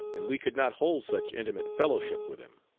and we could not hold such intimate fellowship with him.